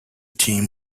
team